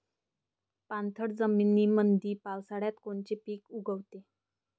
पाणथळ जमीनीमंदी पावसाळ्यात कोनचे पिक उगवते?